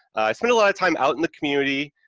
i spend a lot of time out in the community,